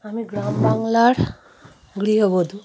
আমি গ্রাম বাংলার গৃহবধূ